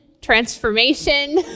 transformation